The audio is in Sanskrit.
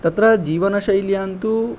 तत्र जीवनशैल्यां तु